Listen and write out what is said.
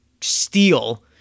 steal